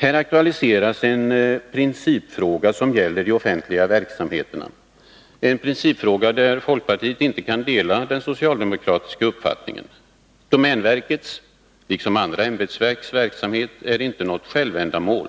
Här aktualiseras en principfråga som gäller de offentliga verksamheterna, en principfråga där folkpartiet inte kan dela den socialdemokratiska uppfattningen. Domänverkets, liksom andra ämbetsverks, verksamhet är inte något självändamål.